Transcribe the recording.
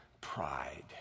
pride